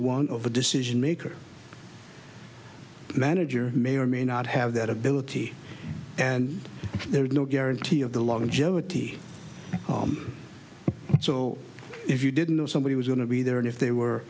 one of the decision makers manager may or may not have that ability and there is no guarantee of the longevity so if you didn't know somebody was going to be there and if they were